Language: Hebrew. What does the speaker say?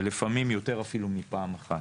ולפעמים אפילו יותר מפעם אחת.